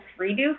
redo